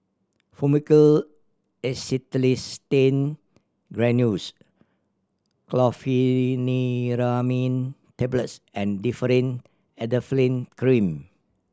Fluimucil Acetylcysteine Granules Chlorpheniramine Tablets and Differin Adapalene Cream